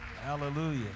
Hallelujah